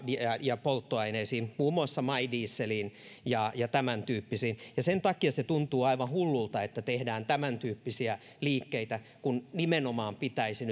ja polttoaineisiin muun muassa my dieseliin ja ja tämäntyyppisiin sen takia tuntuu aivan hullulta että tehdään tämäntyyppisiä liikkeitä kun nimenomaan pitäisi